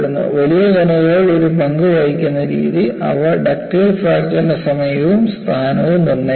വലിയ കണികകൾ ഒരു പങ്കു വഹിക്കുന്ന രീതി അവ ഡക്റ്റൈൽ ഫ്രാക്ചർന്റെ സമയവും സ്ഥാനവും നിർണ്ണയിക്കുന്നു